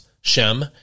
Shem